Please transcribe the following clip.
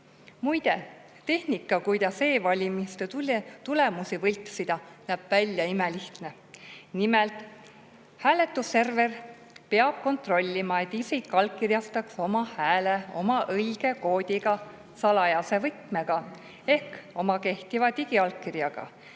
Muide, tehnika, kuidas e‑valimiste tulemusi võltsida, näeb välja imelihtne. Nimelt, hääletusserver peab kontrollima, et isik allkirjastaks oma hääle oma õige koodiga, salajase võtmega ehk oma kehtiva digiallkirjaga.